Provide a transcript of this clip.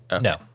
no